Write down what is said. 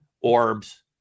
orbs